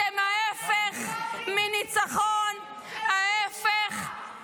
אתם ההפך מניצחון ----- בגללך.